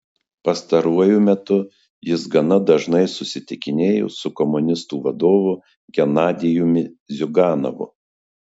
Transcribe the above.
pastaruoju metu jis gana dažnai susitikinėjo su komunistų vadovu genadijumi ziuganovu